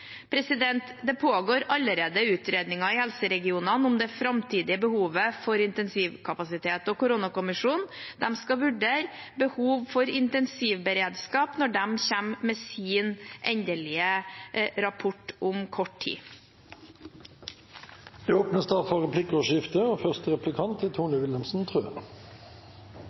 Det pågår allerede utredninger i helseregionene om det framtidige behovet for intensivkapasitet, og koronakommisjonen skal vurdere behovet for intensivberedskap når de kommer med sin endelige rapport om kort tid. Det blir replikkordskifte. Jeg merker meg at regjeringen finansierer nye utdanningsstillinger gjennom en krisepakke. Det er